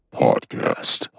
podcast